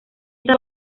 está